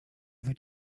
other